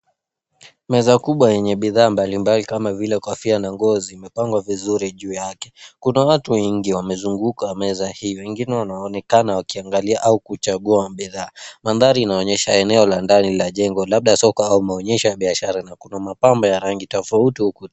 Meza kubwa yenye bidhaa mbalimbali kama vile kofia na ngozi imepangwa vizuri juu yake. Kuna watu wengi wamezunguka meza hiyo, wengine wanaonekana wakiangalia au kuchagua bidhaa. Mandhari inaonyesha eneo la ndani la jengo labda soko au maonyesho ya biashara na kuna mapambo ya rangi tofauti.